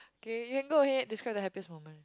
okay you can go ahead describe the happiest moment